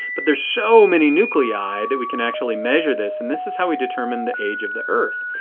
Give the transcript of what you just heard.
but there are so many nuclei that we can actually measure this. and this is how we determine the age of the earth.